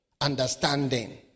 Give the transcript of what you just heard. understanding